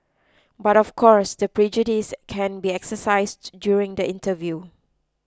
but of course the prejudice can be exercised during the interview